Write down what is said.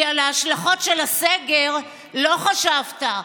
כי על ההשלכות של הסגר לא חשבת,